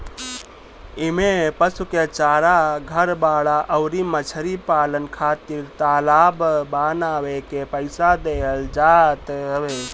इमें पशु के चारा, घर, बाड़ा अउरी मछरी पालन खातिर तालाब बानवे के पईसा देहल जात हवे